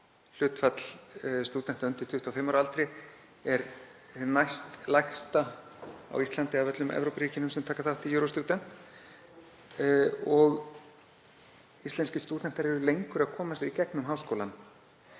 Hlutfall stúdenta undir 25 ára aldri er hið næstlægsta á Íslandi af öllum Evrópuríkjum sem taka þátt í Eurostudent. Íslenskir stúdentar eru lengur að koma sér í gegnum háskólann,